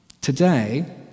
today